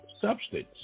substance